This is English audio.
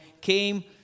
came